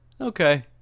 Okay